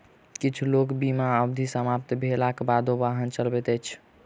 किछ लोक बीमा अवधि समाप्त भेलाक बादो वाहन चलबैत अछि